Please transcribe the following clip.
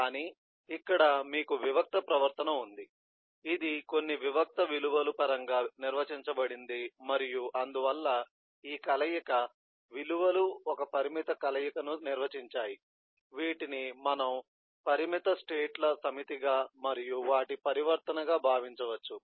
కానీ ఇక్కడ మీకు వివిక్త ప్రవర్తన ఉంది ఇది కొన్ని వివిక్త విలువల పరంగా నిర్వచించబడింది మరియు అందువల్ల ఈ కలయిక విలువలు ఒక పరిమిత కలయికను నిర్వచించాయి వీటిని మనం పరిమిత స్టేట్ ల సమితిగా మరియు వాటి పరివర్తనగా భావించవచ్చు